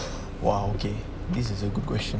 !wah! okay this is a good question